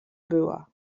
była